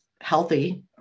healthy